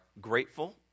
grateful